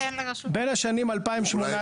אולי ניתן לרשות החשמל.